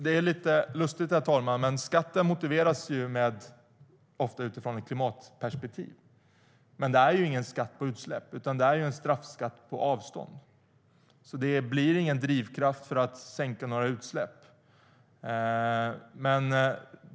Det är lite lustigt, men skatten motiveras ofta utifrån ett klimatperspektiv. Det är dock ingen skatt på utsläpp utan en straffskatt på avstånd. Det blir alltså ingen drivkraft för att sänka några utsläpp.